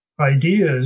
ideas